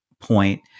point